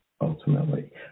ultimately